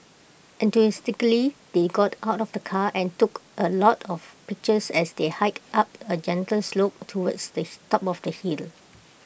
enthusiastically they got out of the car and took A lot of pictures as they hiked up A gentle slope towards the top of the hill